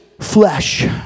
flesh